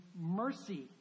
mercy